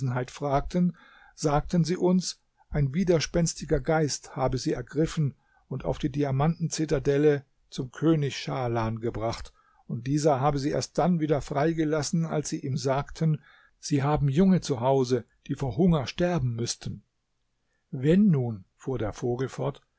fragten sagten sie uns ein widerspenstiger geist habe sie ergriffen und auf die diamanten zitadelle zum könig schahlan gebracht und dieser habe sie erst dann wieder freigelassen als sie ihm sagten sie haben junge zu hause die vor hunger sterben müßten wenn nun fuhr der vogel fort